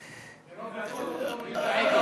מרוב רפורמות לא רואים את העגל.